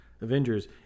avengers